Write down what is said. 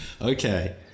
okay